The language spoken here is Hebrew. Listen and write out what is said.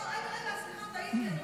רגע, רגע, סליחה, טעיתי.